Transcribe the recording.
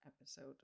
episode